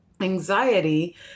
anxiety